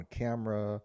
camera